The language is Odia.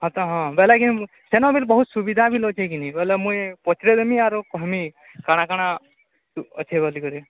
ଆଚ୍ଛା ହଁ ବୋଲେ କିନ୍ତୁ ସେନ ବି ବହୁତ୍ ସୁବିଧା ବି ମିଳୁଛି କି ନାଇଁ ବୋଲେ ମୁଇଁ ପଚରାମି ଆରୁ କହମି କ'ଣ କ'ଣ ଅଛି ବୋଲିକରି